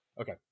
Okay